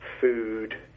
food